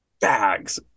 bags